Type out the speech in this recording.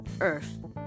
Earth